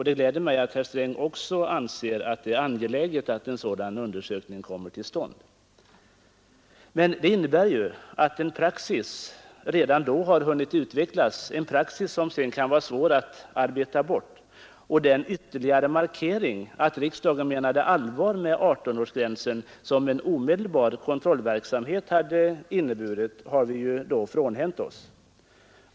Det gläder mig att herr Sträng också anser att det är angeläget att en sådan undersökning kommer till stånd. Men det innebär att en praxis redan då har hunnit utvecklas, en praxis som sedan kan vara svår att arbeta bort, och den ytterligare markering av att riksdagen menade allvar med 18-årsgränsen som en omedelbar kontrollverksamhet har vi ju då frånhänt oss.